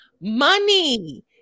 money